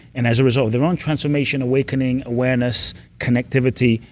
and as a result their own transformation, awakening, awareness connectivity,